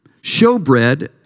Showbread